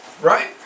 Right